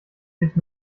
sich